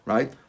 Right